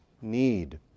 need